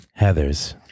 Heathers